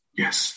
yes